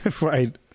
right